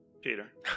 Peter